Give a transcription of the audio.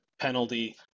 penalty